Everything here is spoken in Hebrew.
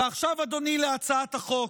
ועכשיו, אדוני, להצעת החוק.